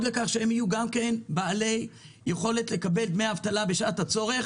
לכך שהם יהיו גם כן בעלי יכולת לקבל דמי אבטלה בשעת הצורך,